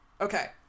Okay